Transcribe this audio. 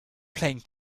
playing